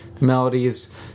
melodies